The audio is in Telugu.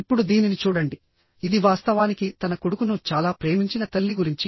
ఇప్పుడు దీనిని చూడండిఇది వాస్తవానికి తన కొడుకును చాలా ప్రేమించిన తల్లి గురించి